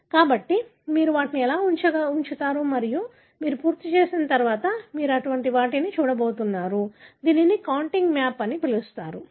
కాబట్టి మీరు వాటిని ఎలా ఉంచుతారు మరియు మీరు పూర్తి చేసిన తర్వాత మీరు ఇలాంటి వాటిని చూడబోతున్నారు దీనిని కాంటిగ్ మ్యాప్ అని పిలుస్తారు